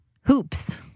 Hoops